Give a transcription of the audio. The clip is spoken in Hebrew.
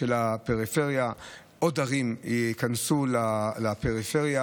עוד ערים ייכנסו לפריפריה,